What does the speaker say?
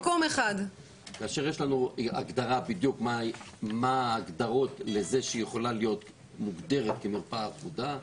כאשר יש לנו הגדרה לכך שהיא יכולה להיות מוגדרת כמרפאה אחודה,